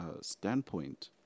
standpoint